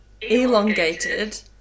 elongated